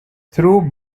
through